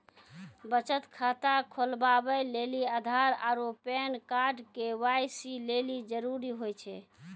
बचत खाता खोलबाबै लेली आधार आरू पैन कार्ड के.वाइ.सी लेली जरूरी होय छै